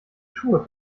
schuhe